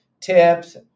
tips